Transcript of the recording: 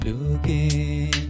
Looking